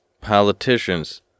politicians